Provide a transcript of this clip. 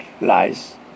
lies